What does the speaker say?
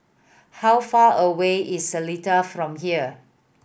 how far away is Seletar from here